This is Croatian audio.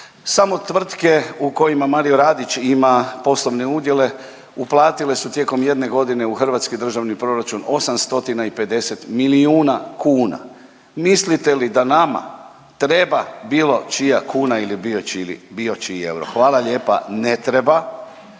samo tvrtke u kojima Mario Radić ima poslovne udjele uplatile su tijekom jedne godine u hrvatski državni proračun 8 stotina i 50 milijuna kuna. Mislite li da nama treba bilo čija kuna ili bilo čiji euro? Hvala lijepa, ne treba,